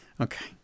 okay